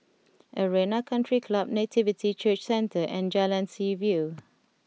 Arena Country Club Nativity Church Centre and Jalan Seaview